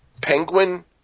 Penguin